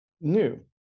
new